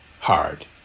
hard